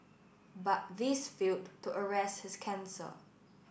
but these failed to arrest his cancer